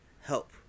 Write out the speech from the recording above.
help